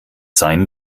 sein